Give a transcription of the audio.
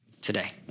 today